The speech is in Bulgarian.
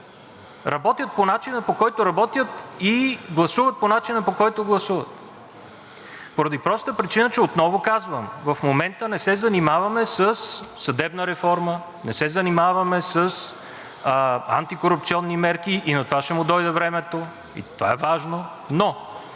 работят по начина, по който работят, и гласуват по начина, по който гласуват, поради простата причина, отново казвам, че в момента не се занимаваме със съдебна реформа, не се занимаваме с антикорупционни мерки, и на това ще му дойде времето, това е важно, но